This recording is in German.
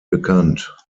bekannt